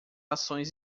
ações